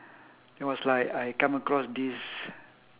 that was like I come across this